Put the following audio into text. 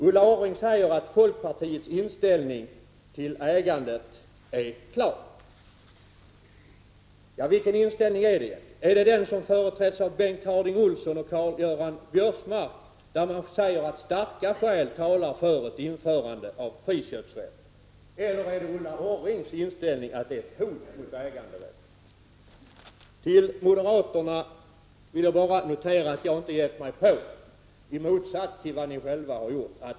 Ulla Orring säger att folkpartiets inställning till ägandet är klar. Vilken inställning då? Är det den som företräds av Bengt Harding Olsson och Karl-Göran Biörsmark och som säger att starka skäl talar för ett införande av friköpsrätt, eller är det som Ulla Orring säger, ett hot mot äganderätten? Till moderaterna vill jag bara notera att jag inte har gett mig på att tolka Europakonventionen, i motsats till vad de själva gjort.